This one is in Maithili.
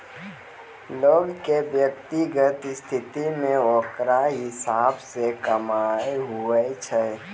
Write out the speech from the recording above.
लोग के व्यक्तिगत स्थिति मे ओकरा हिसाब से कमाय हुवै छै